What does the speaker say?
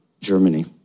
Germany